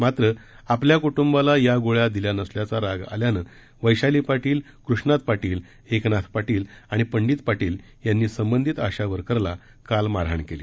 मात्र आपल्या कुटुंबाला या गोळ्या दिल्या नसल्याचा राग आल्यानं वैशाली पाटील कृष्णात पाटील एकनाथ पाटील आणि पंडित पाटील यांनी संबंधित आशा वर्करला काल मारहाण केली